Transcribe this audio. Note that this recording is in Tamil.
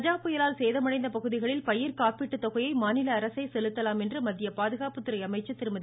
கஜா புயலால் சேதமடைந்த பகுதிகளில் பயிர்க்காப்பீட்டு தொகையை மாநில அரசே செலுத்தலாம் என்று மத்திய பாதுகாப்புத்துறை அமைச்சர் திருமதி